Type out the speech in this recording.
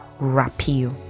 rapio